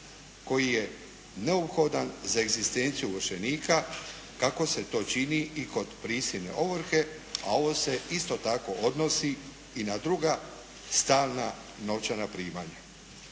koji je neophodan za egzistenciju ovršenika kako se to čini i kod prisilne ovrhe. A ovo se isto tako odnosi i na druga stalna novčana primanja.